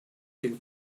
film